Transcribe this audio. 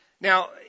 Now